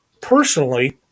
personally